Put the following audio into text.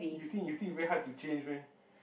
you think you think very hard to change meh